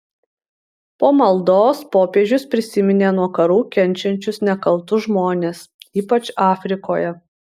po maldos popiežius prisiminė nuo karų kenčiančius nekaltus žmones ypač afrikoje